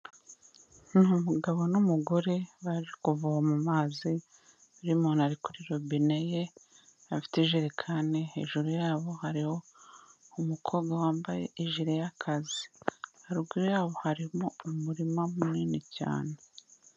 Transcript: Ni umugabo n'umugore baje kuvoma amazi, undi muntu ari kuri robine ye, afite ijerekani, hejuru yabo hariho umukobwa wambaye ijire y'akazi, haruguru yabo harimo umurima munini cyane.